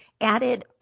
Added